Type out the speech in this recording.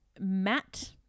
Matt